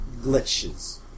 glitches